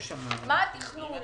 מה התכנון?